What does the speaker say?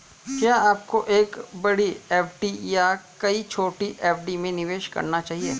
क्या आपको एक बड़ी एफ.डी या कई छोटी एफ.डी में निवेश करना चाहिए?